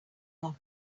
not